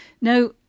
Now